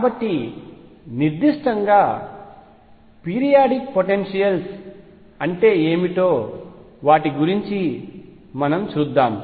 కాబట్టి నిర్దిష్టంగా periodic potentials అంటే ఏమిటో వాటి గురించి చూద్దాం